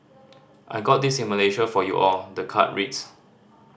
I got this in Malaysia for you all the card reads